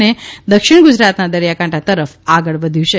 અને દક્ષિણ ગુજરાતના દરિયાકાઠા તરફ આગળ વધ્યુ છે